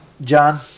John